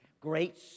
Great